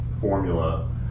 formula